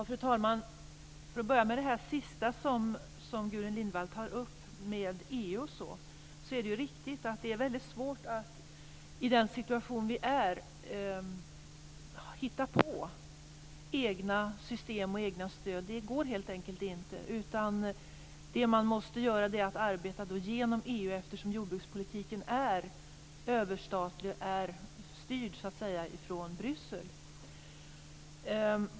Fru talman! För att börja med det sista som Gudrun Lindvall tar upp, EU. Det är riktigt att det är mycket svårt att i den situation vi är hitta på egna system och egna stöd. Det går helt enkelt inte. Det man måste göra är att arbeta genom EU, eftersom jordbrukspolitiken är överstatlig och så att säga styrd från Bryssel.